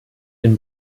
den